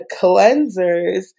cleansers